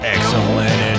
Excellent